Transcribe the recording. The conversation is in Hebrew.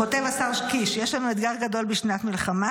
כותב השר קיש: יש לנו אתגר גדול בשנת מלחמה,